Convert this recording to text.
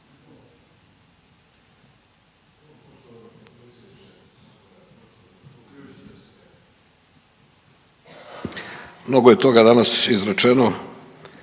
Mnogo je toga danas izrečeno